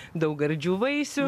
daug gardžių vaisių